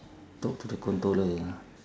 talk to the controller ya